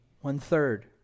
One-third